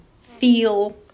feel